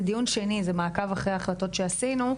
זה דיון שני זה מעכב אחרי החלטות שעשינו.